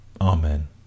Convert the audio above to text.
Amen